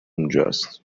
اونجاست